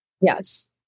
Yes